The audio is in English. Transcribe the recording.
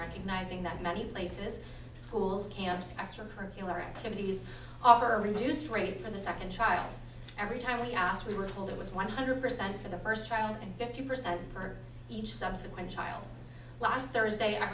recognizing that many places schools camps extracurricular activities are reduced rate for the second child every time we are asked we were told it was one hundred percent for the first child and fifty percent for each subsequent child last thursday i